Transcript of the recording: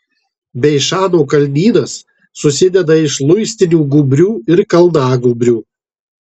beišano kalnynas susideda iš luistinių gūbrių ir kalnagūbrių